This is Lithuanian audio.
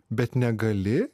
bet negali